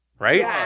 Right